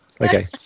Okay